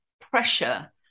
pressure